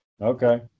Okay